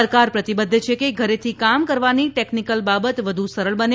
સરકાર પ્રતિબદ્ધ છે કે ધરેથી કામ કરવાની ટેકનીકલ બાબત વધુ સરળ બને